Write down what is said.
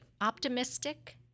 optimistic